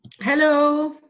Hello